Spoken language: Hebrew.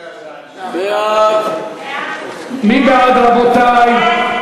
מי בעד, רבותי?